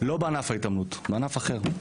לא בענף ההתעמלות אלא בענף אחר,